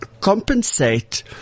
compensate